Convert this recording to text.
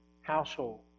household